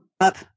up